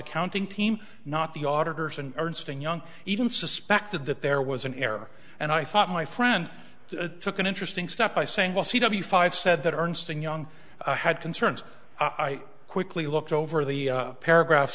accounting team not the auditors and ernst and young even suspected that there was an error and i thought my friend to look at interesting stuff by saying well c w five said that arnstein young had concerns i quickly looked over the paragraphs